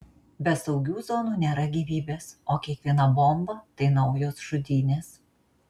be saugių zonų nėra gyvybės o kiekviena bomba tai naujos žudynės